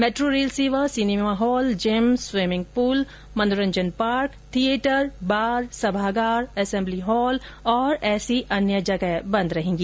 metro rail सेवा cinema hall gym swimming pool मनोरंजन park theatre bar सभागार assembly hall और ऐसी अन्य जगह बंद रहेगी